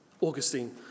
Augustine